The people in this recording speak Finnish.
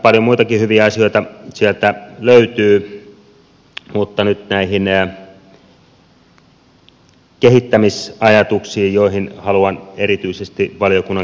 paljon muitakin hyviä asioita sieltä löytyy mutta nyt näihin kehittämisajatuksiin joihin haluan erityisesti valiokunnan kiinnittävän huomiota